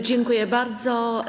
Dziękuję bardzo.